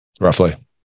Roughly